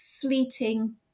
fleeting